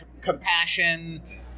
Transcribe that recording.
compassion